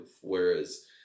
whereas